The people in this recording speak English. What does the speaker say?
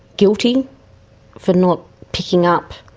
guilty for not picking up